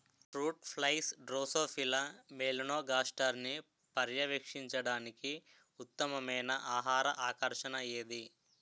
Fruit flies drosophila మెలనోగాస్టర్ని పర్యవేక్షించడానికి ఉత్తమమైన ఆహార ఆకర్షణ ఏది?